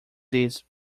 this